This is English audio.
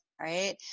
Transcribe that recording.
right